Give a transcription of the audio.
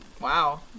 Wow